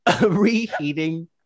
reheating